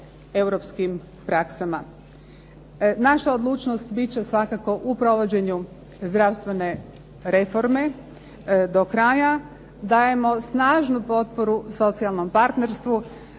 europskim praksama. Naša odlučnost bit će svakako u provođenju zdravstvene reforme do kraja. Dajemo snažnu potporu socijalnom partnerstvu.